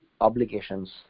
obligations